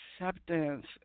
acceptance